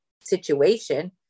situation